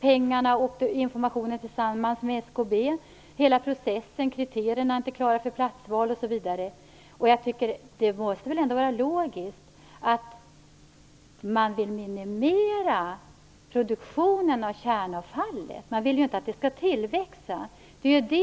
pengarna och informationen. Kriterierna för platsval är inte klara, osv. Det måste väl ändå vara logiskt att man vill minimera produktionen av kärnavfallet. Man vill ju inte att det skall bli större.